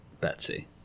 Betsy